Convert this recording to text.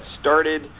started